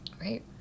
right